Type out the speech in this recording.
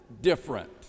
different